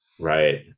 Right